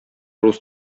рус